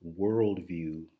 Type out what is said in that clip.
worldview